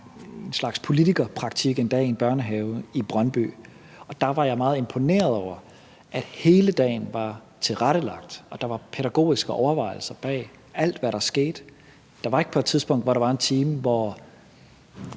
en slags politikerpraktik en dag i en børnehave i Brøndby, og der var jeg meget imponeret over, at hele dagen var tilrettelagt, og at der var pædagogiske overvejelser bag alt, hvad der skete. Der var ikke et tidspunkt, hvor der var en time, hvor